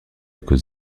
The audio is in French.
cause